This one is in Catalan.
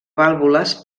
vàlvules